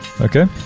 Okay